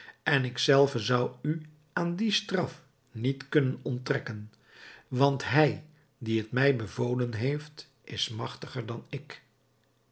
en ik zelve zou u aan die straf niet kunnen onttrekken want hij die het mij bevolen heeft is magtiger dan ik